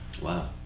wow